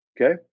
Okay